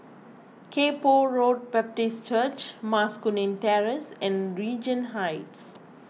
Kay Poh Road Baptist Church Mas Kuning Terrace and Regent Heights